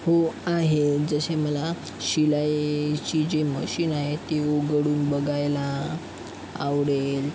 हो आहे जसे मला शिलाईची जी मशीन आहे ती उघडून बघायला आवडेल